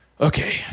Okay